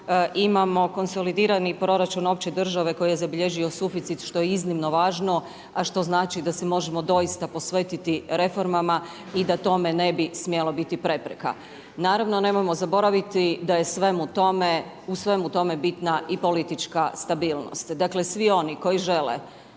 imamo konsolidirani proračun opće države koji je zabilježio suficit, što je iznimno važno, a što znači da se možemo doista posvetiti reformama i da tome ne bi smjelo biti prepreka. Naravno, nemojmo zaboraviti da je u svemu tome bitna i politička stabilnost. Dakle svi oni koji žele